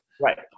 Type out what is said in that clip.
Right